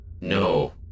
No